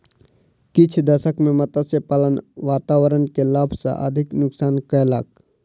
किछ दशक में मत्स्य पालन वातावरण के लाभ सॅ अधिक नुक्सान कयलक